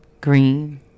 green